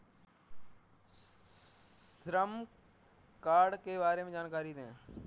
श्रम कार्ड के बारे में जानकारी दें?